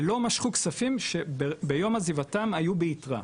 ולא משכו כספים שביום עזיבתם היו בייתרה.